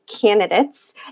candidates